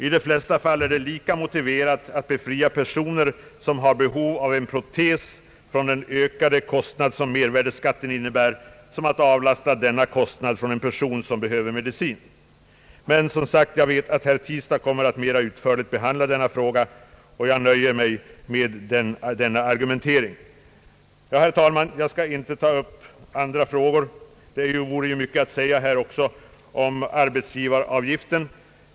I de flesta fall är det lika motiverat att befria personer med protesbehov från den ökade kostnad som mervärdeskatten innebär som att avlasta denna kostnad från personer vilka har behov av mediciner. Men, som sagt, jag vet att herr Tistad mera utförligt kommer att behandla denna fråga. Jag nöjer mig därför med dessa ord. Jag skall inte, herr talman, ta upp några andra frågor. Det finns annars mycket att säga t.ex. om arbetsgivaravgiften.